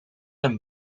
een